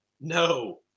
No